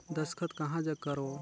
दस्खत कहा जग करो?